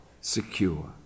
secure